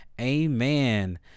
amen